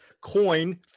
coin